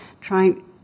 trying